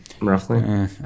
Roughly